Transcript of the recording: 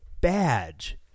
badge